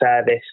service